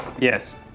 Yes